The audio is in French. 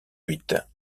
huit